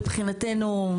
מבחינתנו,